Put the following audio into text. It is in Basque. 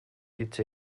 hitz